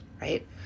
right